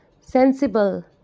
sensible